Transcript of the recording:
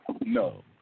no